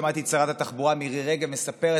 שמעתי את שרת התחבורה מירי רגב מספרת,